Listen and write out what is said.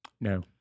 No